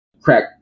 crack